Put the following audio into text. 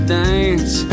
dance